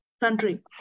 Country